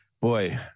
boy